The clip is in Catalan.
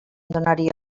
donaria